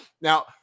now